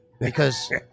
because-